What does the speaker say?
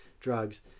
drugs